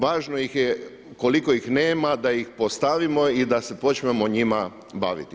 Važno je koliko ih nema da ih postavimo i da se počnemo njima baviti.